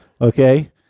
Okay